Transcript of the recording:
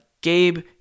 Gabe